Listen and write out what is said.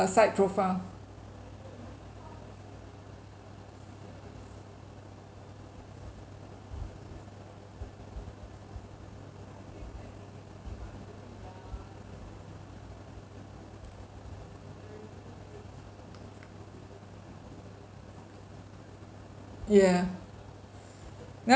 side profile yeah